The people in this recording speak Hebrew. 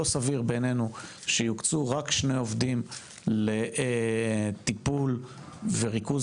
לא סביר בעיננו שיוקצו רק שני עובדים לטיפול וריכוז